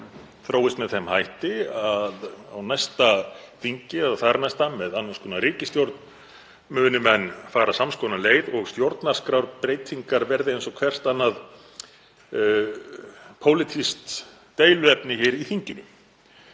þróist með þeim hætti að á næsta þingi eða þarnæsta, með annars konar ríkisstjórn, muni menn fara að sams konar leið og stjórnarskrárbreytingar verði eins og hvert annað pólitískt deiluefni hér í þinginu.